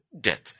Death